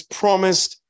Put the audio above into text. promised